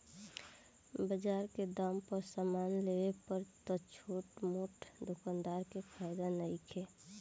बजार के दाम पर समान लेवे पर त छोट मोट दोकानदार के फायदा नइखे